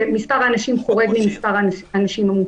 שמספר האנשים חורג מהמספר המותר.